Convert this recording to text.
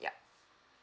yup